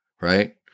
right